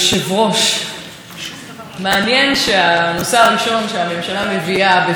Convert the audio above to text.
זה העברת הסמכויות מראש הממשלה לשר התקשורת,